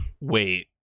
Wait